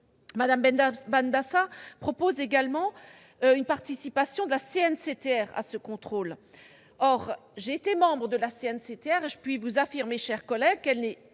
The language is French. Esther Benbassa propose également une participation de la CNCTR à ce contrôle. Pour avoir été membre de cette instance, je puis vous affirmer, mes chers collègues, qu'elle n'est